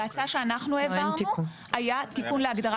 בהצעת החוק שאנחנו העברנו היה תיקון להגדרת